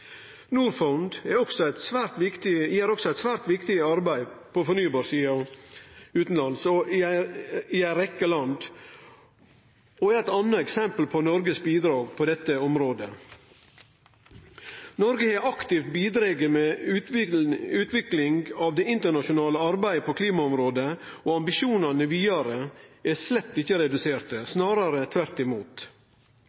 og er eit anna eksempel på Noregs bidrag på dette området. Noreg har aktivt bidrege med utvikling av det internasjonale arbeidet på klimaområdet, og ambisjonane vidare er slett ikkje reduserte